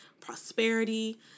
prosperity